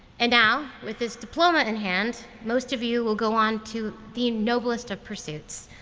and now, with this diploma in hand, most of you will go on to the noblest of pursuits.